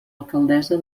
alcaldessa